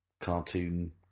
cartoon